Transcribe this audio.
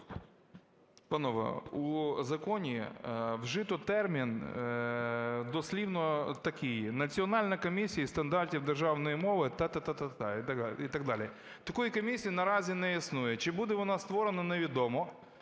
Панове, у законі вжито термін дослівно такий "Національна комісія зі стандартів державної мови"… та-та-та і так далі. Такої комісії наразі не існує, чи буде вона створена невідомо,